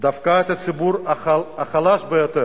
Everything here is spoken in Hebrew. דווקא את הציבור החלש ביותר.